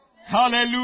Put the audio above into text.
Hallelujah